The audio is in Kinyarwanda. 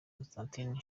constantine